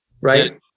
right